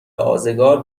آزگار